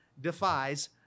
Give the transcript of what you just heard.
defies